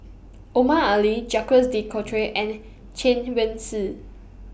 Omar Ali Jacques De Coutre and Chen Wen Hsi